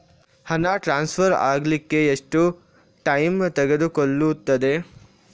ಹಣ ಟ್ರಾನ್ಸ್ಫರ್ ಅಗ್ಲಿಕ್ಕೆ ಎಷ್ಟು ಟೈಮ್ ತೆಗೆದುಕೊಳ್ಳುತ್ತದೆ?